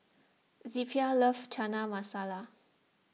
Zelpha loves Chana Masala